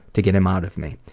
to get him out of me.